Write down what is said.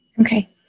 Okay